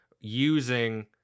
using